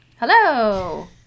Hello